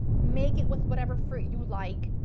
make it with whatever fruit you like,